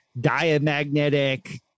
diamagnetic